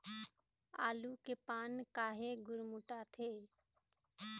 आलू के पान काहे गुरमुटाथे?